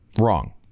Wrong